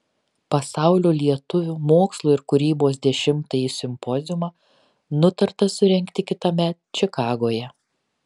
pasaulio lietuvių mokslo ir kūrybos dešimtąjį simpoziumą nutarta surengti kitąmet čikagoje